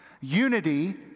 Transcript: Unity